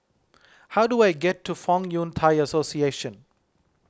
how do I get to Fong Yun Thai Association